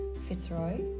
Fitzroy